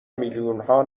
میلیونها